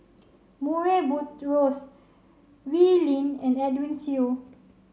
Murray Buttrose Wee Lin and Edwin Siew